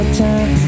time